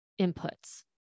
inputs